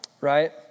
right